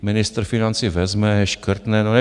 Ministr financí vezme, škrtne.